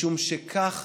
משום שכך